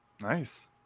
Nice